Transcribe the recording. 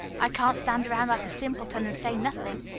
i can't stand around like a simpleton, and say nothing.